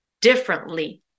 differently